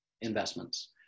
investments